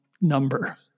number